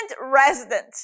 resident